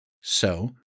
So